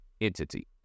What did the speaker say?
entity